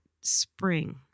spring